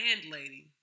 Landlady